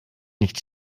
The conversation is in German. nicht